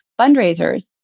fundraisers